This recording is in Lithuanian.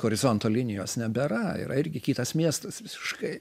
horizonto linijos nebėra yra irgi kitas miestas visiškai